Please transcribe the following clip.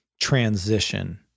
transition